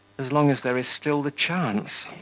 as long as there is still the chance?